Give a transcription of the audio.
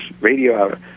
radio